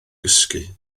gysgu